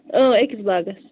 أکِس باغس